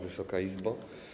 Wysoka Izbo!